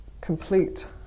complete